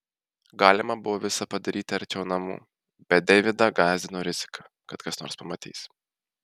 galima buvo visa padaryti arčiau namų bet deividą gąsdino rizika kad kas nors pamatys